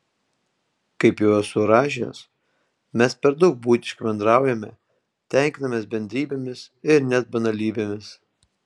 kaip jau esu rašęs mes per daug buitiškai bendraujame tenkinamės bendrybėmis ir net banalybėmis